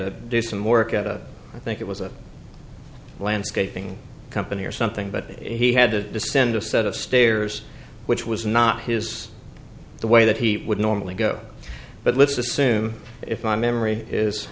do some work at a i think it was a landscaping company or something but he had to descend a set of stairs which was not his the way that he would normally go but let's assume if my memory is